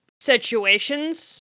situations